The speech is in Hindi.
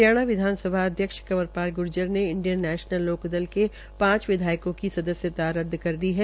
हरियाणा विधानसभा अध्यक्ष कंवरपाल गुर्जर ने इंडियन नैशनल लोकदल के पांच विधायकों की सदस्यता रद्द कर दी है